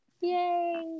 Yay